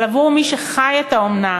אבל עבור מי שחי את האומנה,